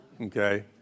okay